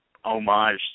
homage